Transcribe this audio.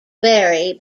vary